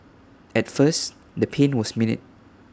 at first the pain was minute